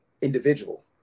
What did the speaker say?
individual